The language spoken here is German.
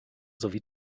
sowie